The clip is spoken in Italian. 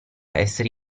essere